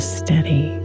steady